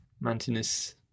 mountainous